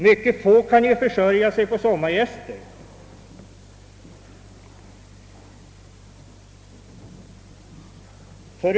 Mycket få kan försörja sig på sommargäster.